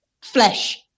flesh